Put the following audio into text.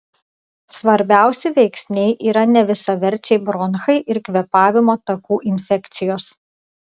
svarbiausi veiksniai yra nevisaverčiai bronchai ir kvėpavimo takų infekcijos